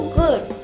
good